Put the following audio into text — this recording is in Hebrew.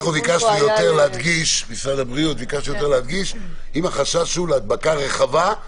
אנחנו ביקשנו יותר להדגיש אם החשש הוא להדבקה רחבה,